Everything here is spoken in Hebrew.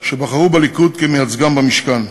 שבחר בליכוד כמייצגו במשכן.